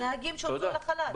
עם הנהגים שהוצאו לחל"ת.